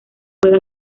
juega